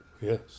Yes